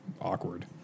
awkward